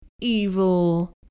evil